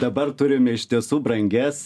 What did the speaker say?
dabar turim iš tiesų brangias